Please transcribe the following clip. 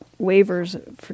waivers